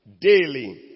daily